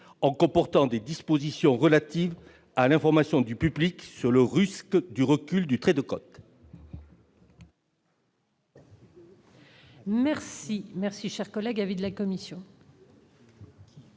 en comportant des dispositions relatives à l'information du public sur le risque de recul du trait de côte.